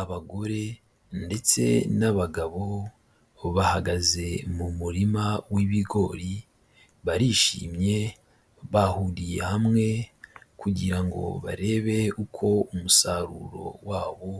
Abagore ndetse n'abagabo, bahagaze mu murima w'ibigori, barishimye, bahuriye hamwe kugira ngo barebe uko umusaruro wabo